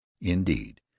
Indeed